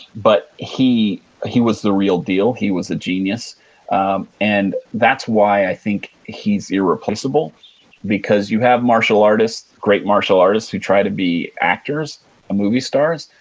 but he he was the real deal. he was a genius and that's why, i think, he's irreplaceable because you have martial artists, great martial artists who try to be actors or movie stars,